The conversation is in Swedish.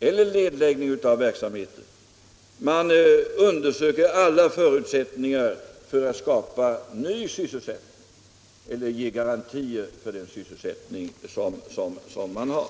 eller lägger ned en verksamhet, undersöker alla förutsättningar för att skapa ny sysselsättning eller ge garantier för den sysselsättning man redan har.